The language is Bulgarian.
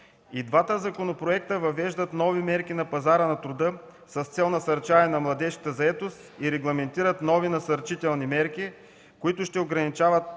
И двата законопроекта въвеждат нови мерки на пазара на труда с цел насърчаване на младежката заетост и регламентират нови насърчителни мерки, които ще ограничават